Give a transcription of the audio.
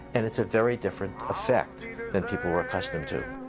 and it's a very different effect than people are accustomed to.